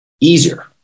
easier